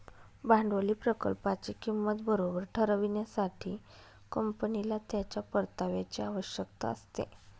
भांडवली प्रकल्पाची किंमत बरोबर ठरविण्यासाठी, कंपनीला त्याच्या परताव्याची आवश्यकता असते